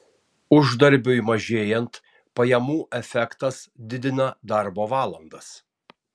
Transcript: uždarbiui mažėjant pajamų efektas didina darbo valandas